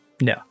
no